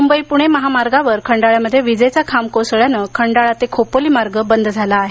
मुंबई पुणे महामार्गावर खंडाळ्यामध्ये विजेचा खांब कोसळल्याने खंडळा ते खोपोली मार्ग बंद झाला आहे